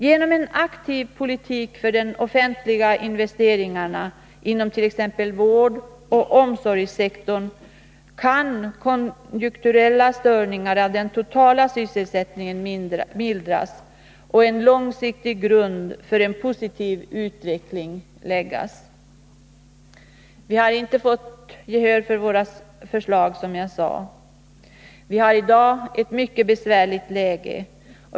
Genom en aktiv politik för offentliga investeringar inom t.ex. vårdoch omsorgssektorn kan konjunkturella störningar av den totala sysselsättningen mildras och en grund för en långsiktig positiv utveckling läggas. Vi har inte fått gehör för våra förslag, som jag sade. Vi befinner oss i dag i ett mycket besvärligt läge.